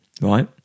Right